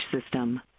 system